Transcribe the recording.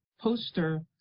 poster